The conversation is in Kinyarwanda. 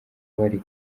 bari